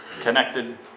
connected